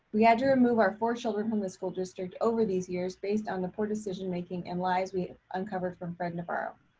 we had to remove our four children from the school district over these years based on the poor decision making and lies we uncovered from fred navarro.